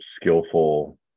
skillful